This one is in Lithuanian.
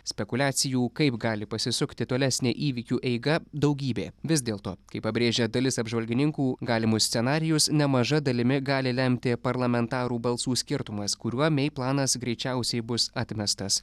spekuliacijų kaip gali pasisukti tolesnė įvykių eiga daugybė vis dėlto kaip pabrėžia dalis apžvalgininkų galimus scenarijus nemaža dalimi gali lemti parlamentarų balsų skirtumas kuriuo mei planas greičiausiai bus atmestas